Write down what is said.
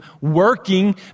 working